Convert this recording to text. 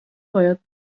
باید